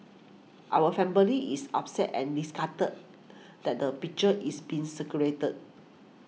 our family is upset and disgusted that the picture is being circulated